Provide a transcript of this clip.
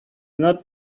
not